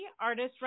Artist